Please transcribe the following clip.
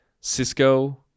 Cisco